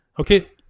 Okay